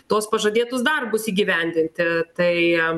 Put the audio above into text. tuos pažadėtus darbus įgyvendinti tai